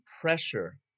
pressure